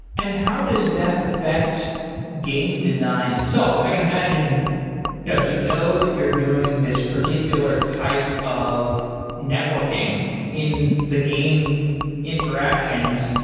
and how does that affect game design itself? because i can imagine yeah if you know that you're doing this particular type of networking in the game interactions,